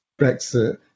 Brexit